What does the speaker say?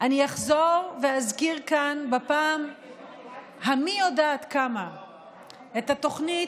אני אחזור ואזכיר כאן בפעם המי-יודעת-כמה את התוכנית